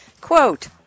Quote